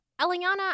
Eliana